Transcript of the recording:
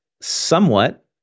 somewhat